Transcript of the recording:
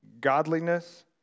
Godliness